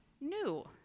new